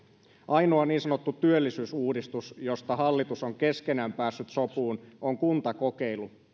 ainoa niin sanottu työllisyysuudistus josta hallitus on keskenään päässyt sopuun on kuntakokeilu